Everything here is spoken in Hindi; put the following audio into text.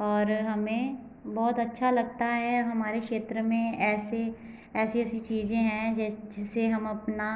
और हमें बहुत अच्छा लगता है हमारे क्षेत्र में ऐसे ऐसी ऐसी चीज़ें हैं जिससे हम अपना